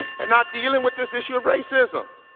and not dealing with this issue of racism,